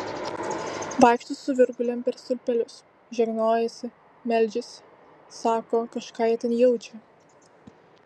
vaikšto su virgulėm per stulpelius žegnojasi meldžiasi sako kažką jie ten jaučią